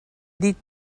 dit